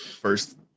First